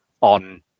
on